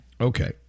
Okay